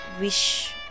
wish